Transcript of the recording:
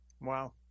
Wow